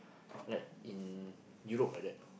like in Europe like that